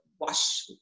wash